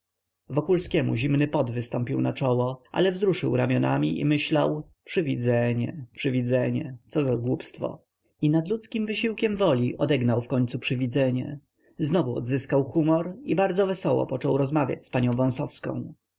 wokulskiemu zimny pot wystąpił na czoło ale wzruszył ramionami i myślał przywidzenia przywidzenia co za głupstwo i nadludzkim wysiłkiem woli odegnał wkońcu przywidzenia znowu odzyskał humor i bardzo wesoło począł rozmawiać z panią